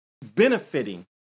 benefiting